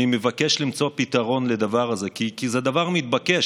אני מבקש למצוא פתרון לדבר הזה, כי זה דבר מתבקש.